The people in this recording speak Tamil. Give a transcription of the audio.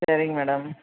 சரிங் மேடம்